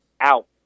out